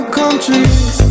countries